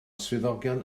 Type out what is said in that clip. swyddogion